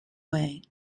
way